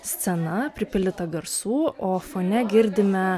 scena pripildyta garsų o fone girdime